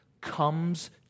comes